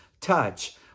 Touch